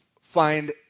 find